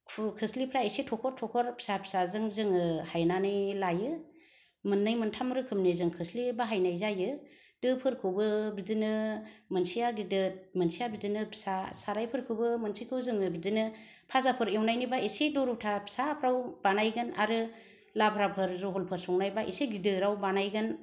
खोस्लिफोरा इसे थखर थखर फिसा फिसाजों जोङो हायनानै लायो मोननै मोन्थाम रोखोमनि जों खोस्लि बाहायनाय जायो दोफोरखौबो बिदिनो मोनसेया गिदिर मोनसेया बिदिनो फिसा सारायफोरखौबो मोनसेखौ जोङो बिदिनो फाजाफोर एवनायनि बा इसे दरथा फिसाफ्राव बानायगोन आरो लाब्राफोर जलफोर संनाय बा इसे गिदिराव बानायगोन